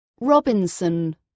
Robinson